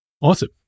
Awesome